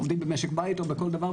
עובדים במשק בית או בכל דבר,